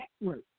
Network